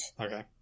Okay